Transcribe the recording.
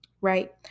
right